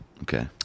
Okay